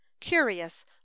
curious